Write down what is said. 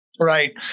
Right